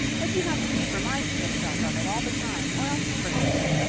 but you have to keep reminding yourself of it all the time or else you forget.